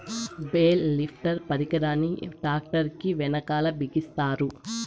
bale lifter పరికరాన్ని tractor కీ వెనకాల బిగిస్తారు